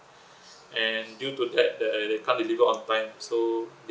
and due to that that they can't deliver on time so